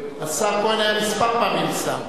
השר כהן היה כמה פעמים שר.